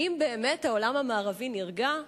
האם באמת העולם המערבי נרגע?